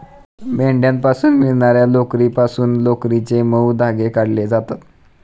मेंढ्यांपासून मिळणार्या लोकरीपासून लोकरीचे मऊ धागे काढले जातात